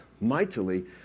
mightily